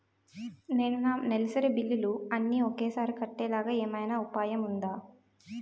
నేను నా నెలసరి బిల్లులు అన్ని ఒకేసారి కట్టేలాగా ఏమైనా ఉపాయం ఉందా?